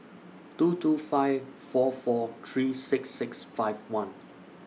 two two five four four three six six five one